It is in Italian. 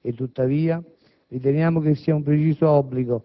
e tuttavia riteniamo che sia un preciso obbligo